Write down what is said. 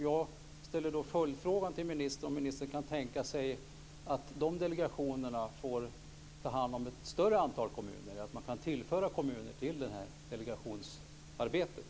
Jag ställer då följdfrågan om ministern kan tänka sig att delegationerna får ta hand om ett större antal kommuner, om man kan tillföra kommuner till delegationsarbetet.